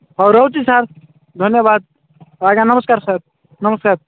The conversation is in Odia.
ହଉ ରହୁଛି ସାର୍ ଧନ୍ୟବାଦ ଆଜ୍ଞା ନମସ୍କାର ସାର୍ ନମସ୍କାର୍